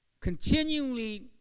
continually